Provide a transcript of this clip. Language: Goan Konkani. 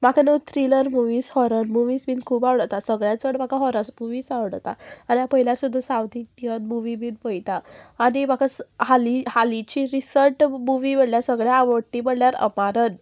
म्हाका न्हू थ्रिलर मुवीज हॉरर मुवीज बीन खूब आवडता सगळ्या चड म्हाका हॉरस मुवीज आवडता आनी हांव पयल्यार सुद्दां सावथ इंडियन मुवी बीन पयता आनी म्हाका हाली हालींची रिसंट मुवी म्हणल्यार सगळें आवडटी म्हणल्यार अमारन